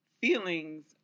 feelings